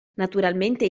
naturalmente